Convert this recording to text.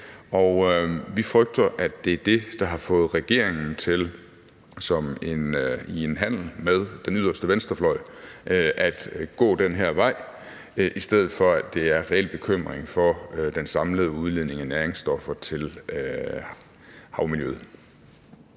Og vi frygter, at det er det, der har fået regeringen til i en handel med den yderste venstrefløj at gå den her vej, i stedet for at det er reel bekymring for den samlede udledning af næringsstoffer til havmiljøet.